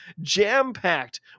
jam-packed